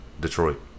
Detroit